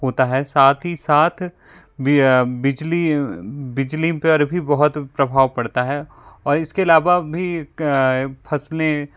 होता है साथ ही साथ बी बिजली बिजली पर भी बहुत प्रभाव पड़ता है और इसके अलावा भी फसलें